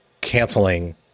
canceling